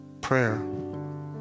prayer